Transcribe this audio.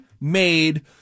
made